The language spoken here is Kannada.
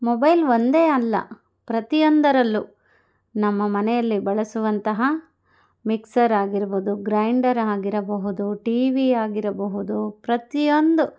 ಮೊಬೈಲ್ ಒಂದೇ ಅಲ್ಲ ಪ್ರತಿಯೊಂದರಲ್ಲು ನಮ್ಮ ಮನೆಯಲ್ಲಿ ಬಳಸುವಂತಹ ಮಿಕ್ಸರ್ ಆಗಿರಬೌದು ಗ್ರೈಂಡರ್ ಆಗಿರಬಹುದು ಟಿವಿ ಆಗಿರಬಹುದು ಪ್ರತಿಯೊಂದು